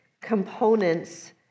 components